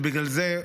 ובגלל זה,